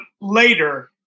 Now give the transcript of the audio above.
later